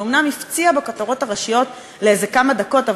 היא אומנם הפציעה בכותרות הראשיות לאיזה כמה דקות,